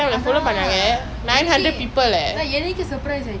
அதான் எனக்கே அதான் எனக்கே: athaan enakkei athaan enakkei surprise ஆய்ட்டு:aaitu